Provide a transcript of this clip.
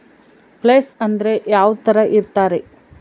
Place ಅಂದ್ರೆ ಯಾವ್ತರ ಇರ್ತಾರೆ?